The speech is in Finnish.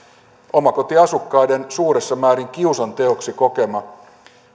omakotiasukkaiden suuressa määrin kiusanteoksi kokema